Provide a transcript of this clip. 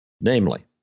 Namely